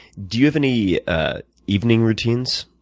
do you have any ah evening routines?